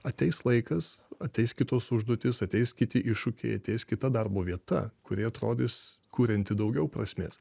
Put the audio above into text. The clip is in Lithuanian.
ateis laikas ateis kitos užduotys ateis kiti iššūkiai ateis kita darbo vieta kuri atrodys kurianti daugiau prasmės